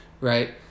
Right